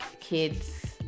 kids